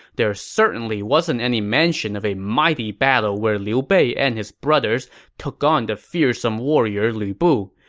there certainly wasn't any mention of a mighty battle where liu bei and his brothers took on the fearsome warrior lu bu.